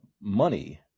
money